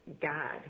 God